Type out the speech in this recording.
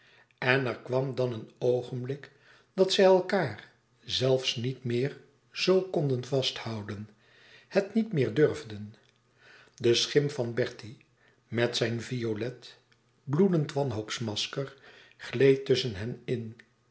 en er kwam dan een oogenblik dat zij elkaâr zelfs niet meer zoo konden vasthouden het niet meer durfden de schim van bertie met zijn violet bloedend wanhoopsmasker gleed tusschen hen in